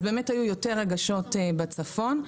היו יותר הגשות בצפון.